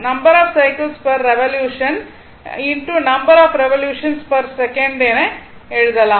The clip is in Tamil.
number of cycles per revolution number of revolutions per second என எழுதலாம்